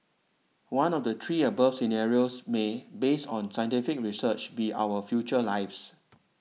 one of the three above scenarios may based on scientific research be our future lives